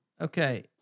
Okay